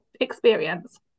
experience